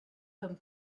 comme